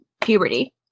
puberty